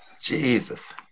Jesus